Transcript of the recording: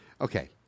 Okay